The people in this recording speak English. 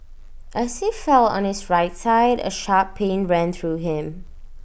as he fell on his right side A sharp pain ran through him